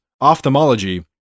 ophthalmology